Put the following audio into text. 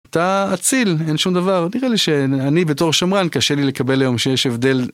אתה אציל, אין שום דבר, נראה לי שאני בתור שמרן קשה לי לקבל להיום שיש הבדל.